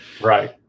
right